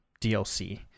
DLC